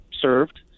served